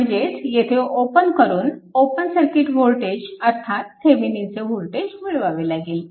म्हणजेच येथे ओपन करून ओपन सर्किट वोल्टेज अर्थात थेविनिनचे वोल्टेज मिळवावे लागेल